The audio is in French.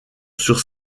sur